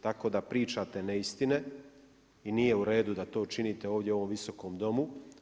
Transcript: Tako da pričate neistine i nije u redu da to činite ovdje u ovom Viskom domu.